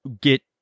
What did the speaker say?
get